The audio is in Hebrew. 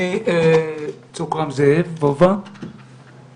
עד היום יש כאלו שאומרים לים ויש כאלו שבשום פנים ואופן לא לים.